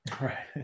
right